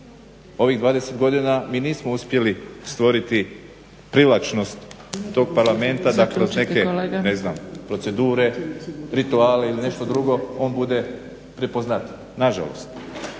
ovih 20 godina mi nismo uspjeli stvoriti privlačnost tog Parlamenta kroz neke ne znam procedure, rituale ili nešto drugo da on bude prepoznatljiv, nažalost.